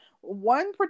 one